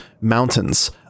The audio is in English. mountains